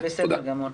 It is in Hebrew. תודה.